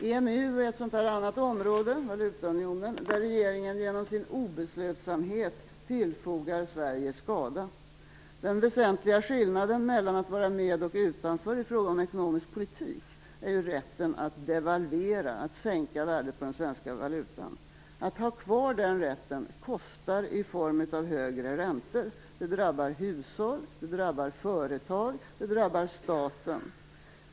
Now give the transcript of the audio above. För det fjärde gäller det EMU, valutaunionen, ett område där regeringen genom sin obeslutsamhet tillfogar Sverige skada. Den väsentliga skillnaden mellan att vara med och att vara utanför i fråga om ekonomisk politik är rätten att devalvera, att sänka värdet på den svenska valutan. Att ha kvar denna rätt kostar i form av högre räntor. Det drabbar hushåll, det drabbar företag och det drabbar staten.